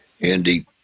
Andy